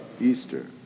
Easter